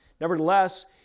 Nevertheless